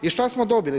I šta smo dobili?